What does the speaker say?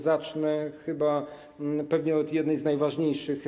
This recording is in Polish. Zacznę pewnie od jednej z najważniejszych.